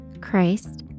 Christ